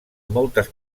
moltes